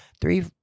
three